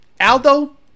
Aldo